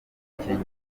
gukingiza